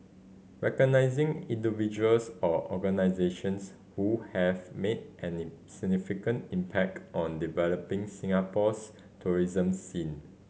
recognizing individuals or organisations who have made any significant impact on developing Singapore's tourism scene